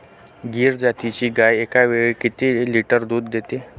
गीर जातीची गाय एकावेळी किती लिटर दूध देते?